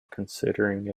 considering